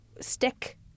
stick